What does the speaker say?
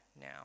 now